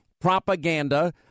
propaganda